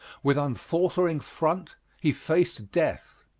with unfaltering front he faced death.